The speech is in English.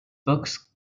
books